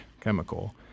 chemical